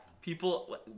People